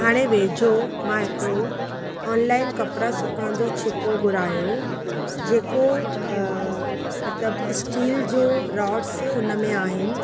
हाणे वेझो मां हिकड़ो ऑनलाइन कपड़ा सुकणि जो छिको घुरायो जेको मतिलब स्टील जो रोडस उन में आहिनि